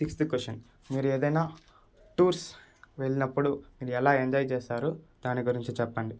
sixth question మీరేదయినా tours వెళ్ళినప్పుడు మీరెలా ఎంజాయ్ చేస్తారు దాని గురించి చెప్పండి